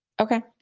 Okay